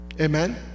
Amen